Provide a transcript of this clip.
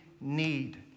need